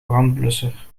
brandblusser